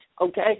okay